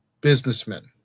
businessmen